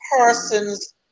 persons